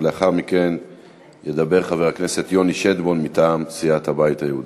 ולאחר מכן ידבר חבר הכנסת יוני שטבון מטעם סיעת הבית היהודי.